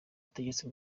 butegetsi